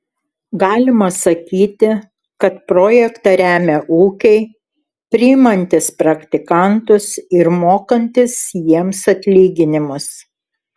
galima sakyti kad projektą remia ūkiai priimantys praktikantus ir mokantys jiems atlyginimus